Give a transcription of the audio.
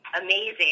amazing